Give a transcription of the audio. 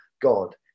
God